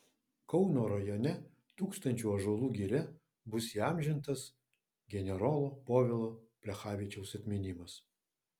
kauno rajone tūkstančių ąžuolų giria bus įamžintas generolo povilo plechavičiaus atminimas